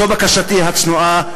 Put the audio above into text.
זו בקשתי הצנועה.